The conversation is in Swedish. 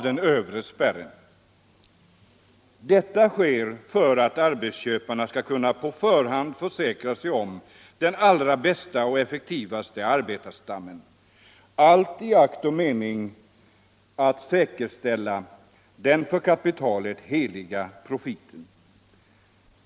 Detta sker för att arbetsköparna på förhand skall kunna försäkra sig om den allra bästa och effektivaste arbetarstammen — allt i akt och mening att säkerställa den för kapitalet heliga profiten.